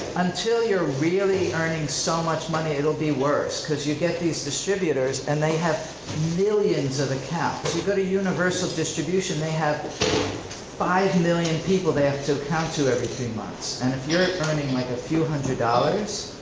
until you're really earning so much money, it'll be worse. cause you get these distributors and they have millions of accounts. you go to universal distribution, they have five million people they have to account to every three months, and if you're earning like a few hundred dollars,